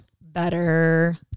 better